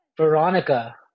Veronica